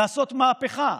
לעשות מהפכה.